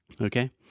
okay